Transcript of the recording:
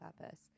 purpose